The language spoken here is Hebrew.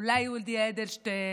אולי יולי אדלשטיין,